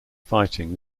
fighting